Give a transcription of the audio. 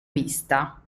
vista